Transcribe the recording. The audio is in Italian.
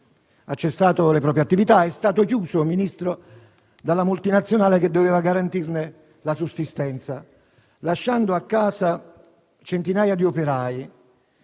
ha cessato le proprie attività. È stato chiuso, Ministro, dalla multinazionale che doveva garantirne la sussistenza, lasciando a casa centinaia di operai.